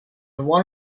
one